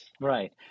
right